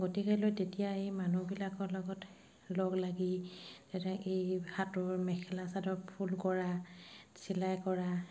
গতিকেলৈ তেতিয়া এই মানুহবিলাকৰ লগত লগ লাগি এই হাতৰ মেখেলা চাদৰ ফুল কৰা চিলাই কৰা